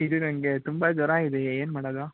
ಇದು ನನಗೆ ತುಂಬ ಜ್ವರ ಇದೆ ಏನು ಮಾಡೋದು